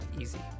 easy